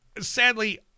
Sadly